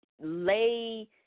lay